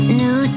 new